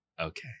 Okay